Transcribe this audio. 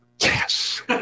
Yes